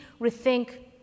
rethink